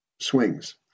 swings